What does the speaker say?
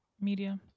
media